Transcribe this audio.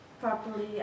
properly